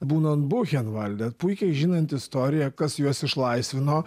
būnant buchenvalde puikiai žinant istoriją kas juos išlaisvino